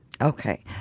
Okay